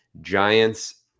Giants